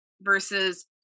versus